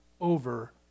over